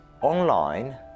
online